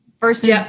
versus